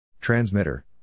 Transmitter